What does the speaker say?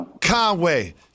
Conway